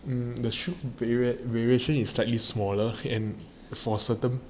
um the shoot period variation is slightly smaller and for certain